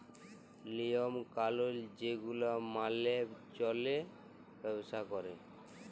লিওম কালুল যে গুলা মালে চল্যে ব্যবসা ক্যরে